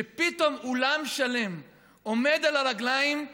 שפתאום אולם שלם עומד על הרגליים,